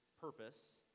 purpose